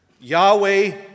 Yahweh